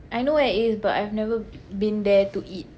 I know where it is but I've never been there to eat